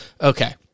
Okay